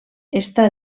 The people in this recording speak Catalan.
està